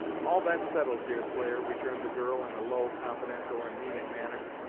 all that's settled, deerslayer, returned the girl, in a low, confidential and meaning manner,